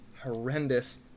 horrendous